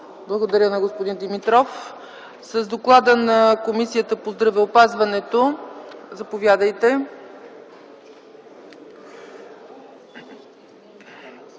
Благодаря на господин Димитров. С Доклада на Комисията по здравеопазването ще